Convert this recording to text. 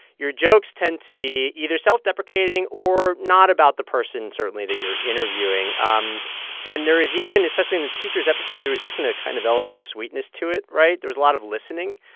your jokes tend to be either self-deprecating or not about the person, certainly, that you're interviewing um and there is even especially in the teachers' episode there was even a kind of element of sweetness to it, right? there was a lot of listening.